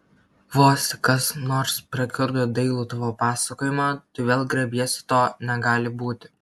vos tik kas nors prakiurdo dailų tavo pasakojimą tu vėl griebiesi to negali būti